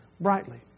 brightly